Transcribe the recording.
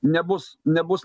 nebus nebus